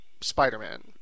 Spider-Man